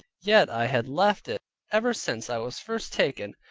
yet i had left it ever since i was first taken.